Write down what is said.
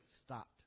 stopped